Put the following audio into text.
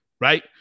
right